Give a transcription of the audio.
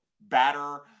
batter